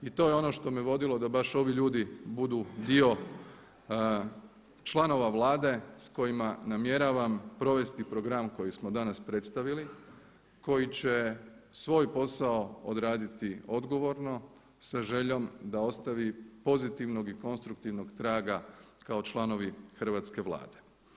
I to je ono što me vodili da baš ovi ljudi budu dio članova Vlade s kojima namjeravam provesti program koji smo danas predstavili, koji će svoj posao odraditi odgovorno sa željom da ostavi pozitivnog i konstruktivnog traga kao članovi Hrvatske vlade.